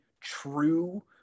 true